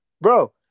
Bro